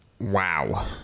Wow